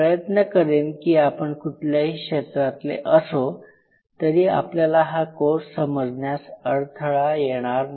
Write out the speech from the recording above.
प्रयत्न करेन की आपण कुठल्याही क्षेत्रातले असो तरी आपल्याला हा कोर्स समजण्यास अडथळा येणार नाही